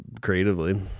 creatively